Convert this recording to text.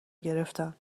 گرفتن